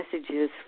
messages